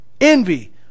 Envy